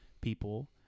people